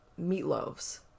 meatloaves